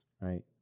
right